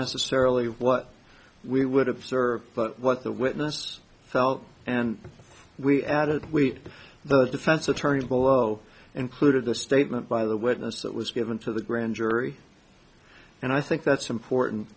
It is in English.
necessarily what we would observe but what the witness felt and we added we the defense attorney below included the statement by the witness that was given to the grand jury and i think that's important